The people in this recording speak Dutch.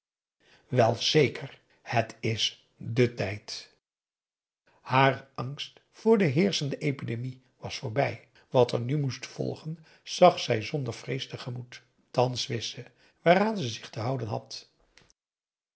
wel zeker het is de tijd haar angst voor de heerschende epidemie was voorbij wat er nu moest volgen zag zij zonder vrees te gemoet thans wist ze waaraan ze zich te houden had